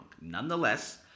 nonetheless